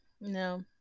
no